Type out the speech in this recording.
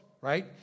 right